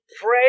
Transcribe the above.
pray